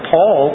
Paul